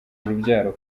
urubyaro